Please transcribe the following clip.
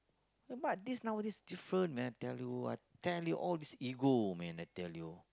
but this nowadays different man tell you I tell you all this ego man I tell you